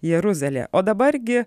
jeruzalė o dabar gi